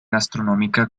gastronómica